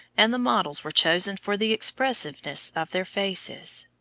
and the models were chosen for the expressiveness of their faces.